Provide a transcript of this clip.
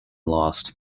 lost